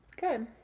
Good